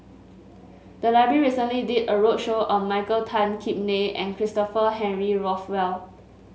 the library recently did a roadshow on Michael Tan Kim Nei and Christopher Henry Rothwell